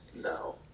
No